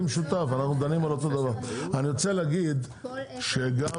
אני רוצה להגיד שגם